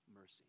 mercy